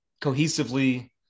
cohesively –